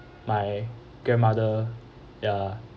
my grandmother ya